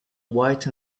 white